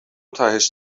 تهش